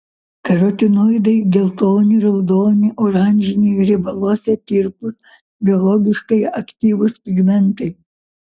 karotinoidai geltoni raudoni oranžiniai riebaluose tirpūs biologiškai aktyvūs pigmentai